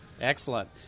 Excellent